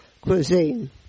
cuisine